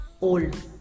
old